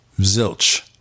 Zilch